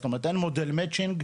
אין מודל מצ'ינג,